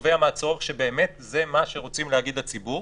נובע מהצורך שבאמת זה מה שרוצים להגיד לציבור.